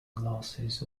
glasses